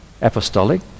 apostolic